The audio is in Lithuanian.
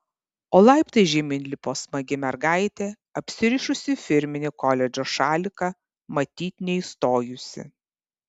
o laiptais žemyn lipo smagi mergaitė apsirišusi firminį koledžo šaliką matyt neįstojusi